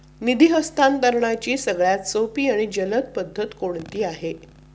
निधी हस्तांतरणाची सगळ्यात सोपी आणि जलद पद्धत कोणती आहे?